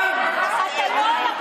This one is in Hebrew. אתה לא יכול